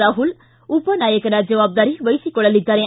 ರಾಹುಲ್ ಉಪ ನಾಯಕನ ಜವಾಬ್ದಾರಿ ವಹಿಸಿಕೊಳ್ಳಲಿದ್ದಾರೆ